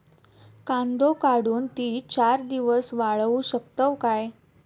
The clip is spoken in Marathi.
कांदो काढुन ती चार दिवस वाळऊ शकतव काय?